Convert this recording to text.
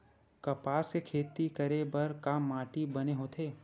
कपास के खेती करे बर का माटी बने होथे?